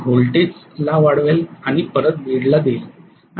ते व्होल्टेज ला वाढवेल आणि परत ग्रीड ला देईल